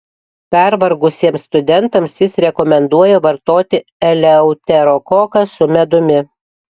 pervargusiems studentams jis rekomenduoja vartoti eleuterokoką su medumi